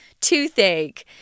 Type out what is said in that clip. toothache